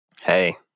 Hey